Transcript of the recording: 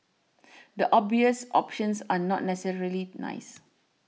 the obvious options are not necessarily nice